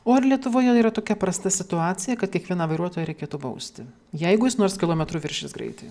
o ar lietuvoje yra tokia prasta situacija kad kiekvieną vairuotoją reikėtų bausti jeigu jis nors kilometru viršys greitį